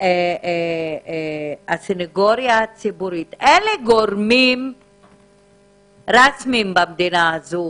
גם מהסנגוריה הציבורית אלה גורמים רשמיים במדינה הזו.